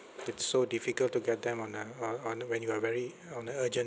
it's so difficult to get them on uh on on when you are very on a urgent